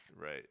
Right